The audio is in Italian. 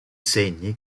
segni